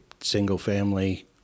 single-family